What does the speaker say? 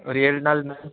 ஒரு ஏழு நாள் மேம்